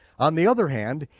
on the other hand,